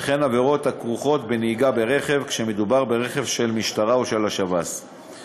וכן עבירות הכרוכות בנהיגה ברכב כשמדובר ברכב של המשטרה או של השב"ס,